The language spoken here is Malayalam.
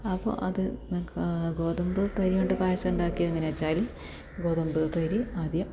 അപ്പോൾ അത് ഗോതമ്പ് തരികൊണ്ട് പായസം ഉണ്ടാക്കി എങ്ങനെ വെച്ചാൽ ഗോതമ്പ് തരി ആദ്യം